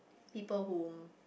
people whom